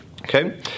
Okay